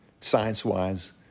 science-wise